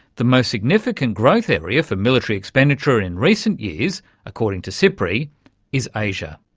the most significant growth area for military expenditure in recent years according to sipri is asia,